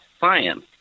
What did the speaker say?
science